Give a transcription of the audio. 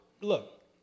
Look